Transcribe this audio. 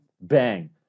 bang